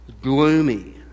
gloomy